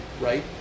right